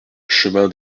chemin